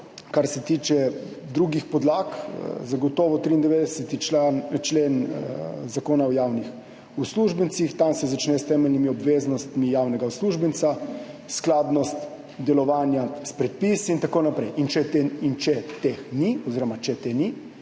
kar se tiče drugih podlag, zagotovo 93. člen Zakona o javnih uslužbencih, tam se začne s temeljnimi obveznostmi javnega uslužbenca, skladnost delovanja s predpisi in tako naprej in če te ni, sledi potem